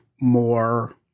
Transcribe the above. more